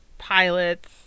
pilots